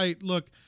look